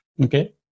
Okay